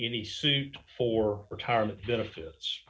any suit for retirement benefits